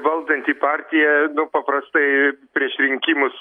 valdanti partija paprastai prieš rinkimus